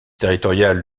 territorial